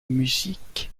musique